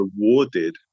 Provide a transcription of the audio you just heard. rewarded